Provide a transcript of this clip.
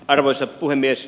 arvoisa puhemies